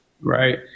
Right